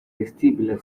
vestibular